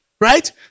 right